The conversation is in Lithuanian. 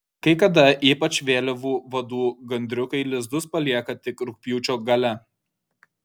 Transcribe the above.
kai kada ypač vėlyvų vadų gandriukai lizdus palieka tik rugpjūčio gale